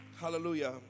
Hallelujah